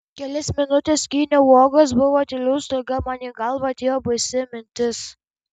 kelias minutes skyniau uogas buvo tylu ir staiga man į galvą atėjo baisi mintis